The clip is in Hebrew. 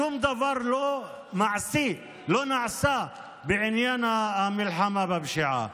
שום דבר מעשי לא נעשה בעניין המלחמה בפשיעה.